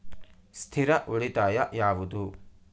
ಸ್ಥಿರ ಉಳಿತಾಯ ಯಾವುದು?